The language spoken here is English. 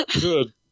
Good